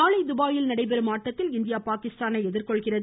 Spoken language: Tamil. நாளை துபாயில் நடைபெறும் ஆட்டத்தில் இந்தியா பாகிஸ்தானை எதிர்கொள்கிறது